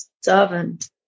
servant